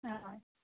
অঁ অঁ